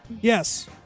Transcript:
Yes